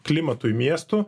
klimatui miestu